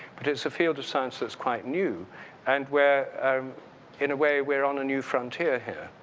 but it's a field of science that's quite new and we're in a way we're on a new frontier here.